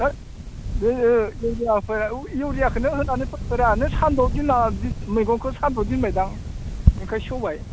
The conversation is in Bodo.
थोद जोङो इउरियाखौनो होफेरा नों सानदुंआवनो दोननांआ मैगंखौ सानदुंआव दोनबायदां ओंखायनो सेवबाय